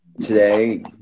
Today